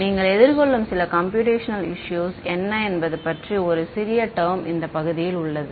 நீங்கள் எதிர்கொள்ளும் சில கம்பியூட்டேஷனல் இஸ்ஸுஸ் என்ன என்பது பற்றி ஒரு சிறிய டெர்ம் இந்த பகுதியில் உள்ளது